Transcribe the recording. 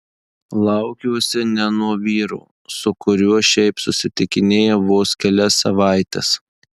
laukiuosi ne nuo vyro su kuriuo šiaip susitikinėjau vos kelias savaites